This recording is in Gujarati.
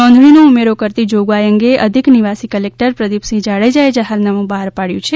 નોંધણીનો ઉમેરો કરતી જોગવાઇ અંગે અધિક નિવાસી કલેકટર પ્રદીપસિંહ જાડેજાએ જાહેરનામું બહાર પાડચું છે